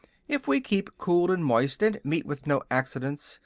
if we keep cool and moist, and meet with no accidents,